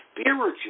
spiritual